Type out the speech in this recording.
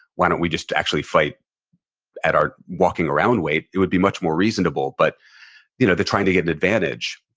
why don't we just actually fight at our walking around weight, it would be much more reasonable. but you know they're trying to get an advantage.